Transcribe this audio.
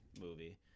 movie